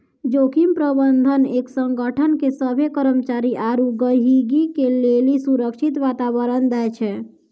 जोखिम प्रबंधन एक संगठन के सभ्भे कर्मचारी आरू गहीगी के लेली सुरक्षित वातावरण दै छै